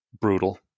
brutal